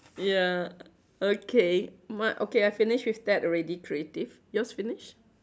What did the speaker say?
ya okay bu~ okay I finish with that already creative yours finish